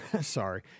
Sorry